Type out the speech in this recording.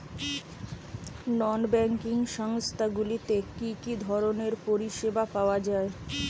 নন banking সংস্থা গুলিতে কি কি ধরনের পরিসেবা পাওয়া য়ায়?